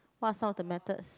what sound the matters